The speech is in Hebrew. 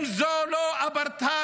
אם זה לא אפרטהייד,